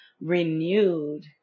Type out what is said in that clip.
renewed